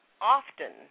often